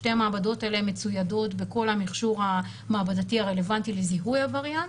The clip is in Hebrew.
שתי המעבדות האלה מצוידות בכל המכשור המעבדתי הרלוונטי לזיהוי הווריאנט.